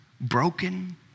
broken